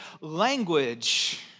language